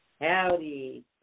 Howdy